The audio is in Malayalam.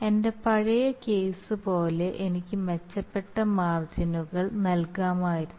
എന്റെ പഴയ കേസ് പോലെ എനിക്ക് മെച്ചപ്പെട്ട മാർജിനുകൾ നൽകാമായിരുന്നു